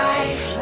Life